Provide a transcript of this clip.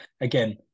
again